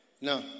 No